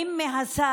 האם מהשר,